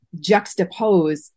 juxtapose